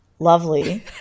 lovely